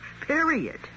Period